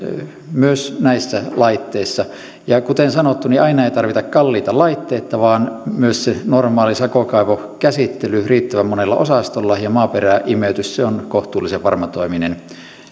myös näissä laitteissa ja kuten sanottu aina ei tarvita kalliita laitteita vaan myös se normaali sakokaivokäsittely riittävän monella osastolla ja maaperäimeytys on kohtuullisen varmatoiminen